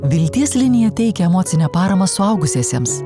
vilties linija teikia emocinę paramą suaugusiesiems